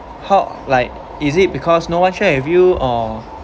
how like is it because no one share with you or